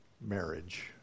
marriage